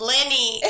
Lenny